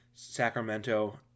Sacramento